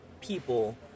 people